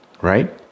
right